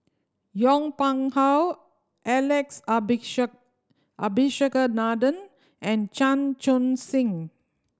Yong Pung How Alex Abisheganaden and Chan Chun Sing